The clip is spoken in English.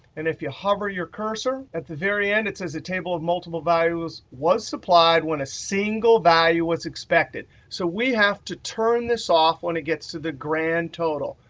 and if you hover your cursor, at the very end it says a table of multiple values was supplied when a single value was expected. so we have to turn this off when it gets to the grand total.